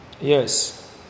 Yes